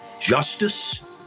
justice